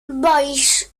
boisz